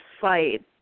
fight